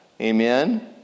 Amen